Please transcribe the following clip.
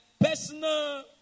personal